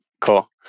Cool